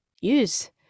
use